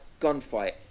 gunfight